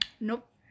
Nope